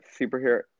superhero